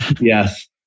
Yes